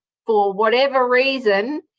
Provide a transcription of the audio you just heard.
for whatever reason,